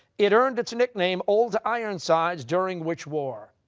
it earned its nickname old ironsides during which war?